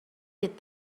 did